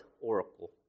oracle